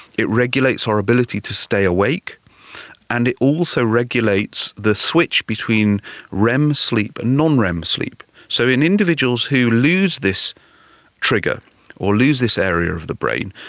it regulates our ability to stay awake and it also regulates the switch between rem sleep and non-rem sleep. so in individuals who lose this trigger or lose this area of the brain,